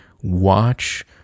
watch